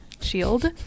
shield